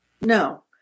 No